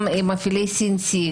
גם מפעילי CNC,